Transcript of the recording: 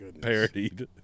parodied